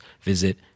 visit